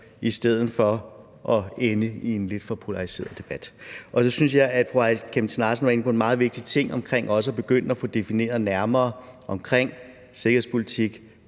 i stedet for at ende i en lidt for polariseret debat. Så synes jeg, at fru Aaja Chemnitz Larsen var inde på en meget vigtig ting omkring også at begynde nærmere at få defineret sikkerhedspolitik,